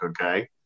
okay